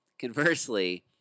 conversely